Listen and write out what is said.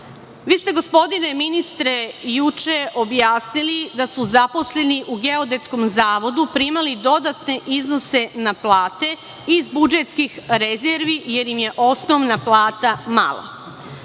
ste, gospodine ministre, juče objasnili da su zaposleni u Geodetskom zavodu primali dodatne iznose na plate iz budžetskih rezervi, jer im je osnovna plata mala.